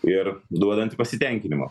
ir duodanti pasitenkinimo